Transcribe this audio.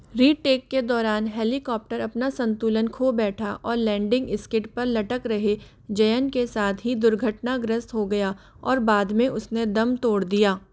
री टेक के दौरान हेलीकॉप्टर अपना संतुलन खो बैठा और लैंडिंग स्किड पर लटक रहे जयन के साथ ही दुर्घटनाग्रस्त हो गया और बाद में उसने दम तोड़ दिया